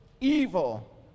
evil